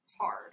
hard